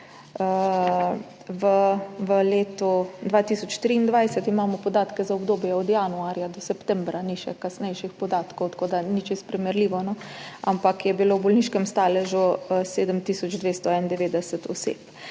v letu 2023 imamo podatke za obdobje od januarja do septembra, ni še kasnejših podatkov, tako da ni čisto primerljivo, ampak je bilo v bolniškem staležu sedem